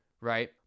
right